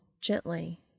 gently